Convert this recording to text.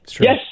yes